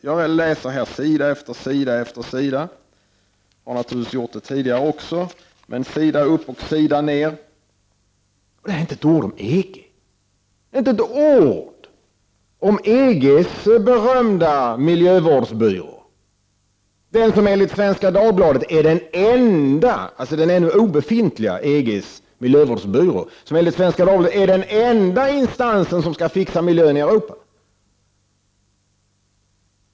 Jag läser här sida efter sida — och har naturligtvis gjort det tidigare också. Men inte ett ord om EG och EG:s berömda miljövårdsbyrå, som ännu är obefintlig och som enligt Svenska Dagbladet är den enda instans som skall fixa miljön i Europa.